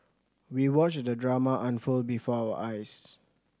we watched the drama unfold before our eyes